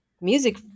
music